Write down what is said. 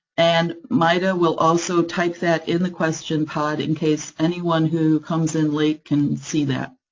and maida will also type that in the question pod, in case anyone who comes in late can see that.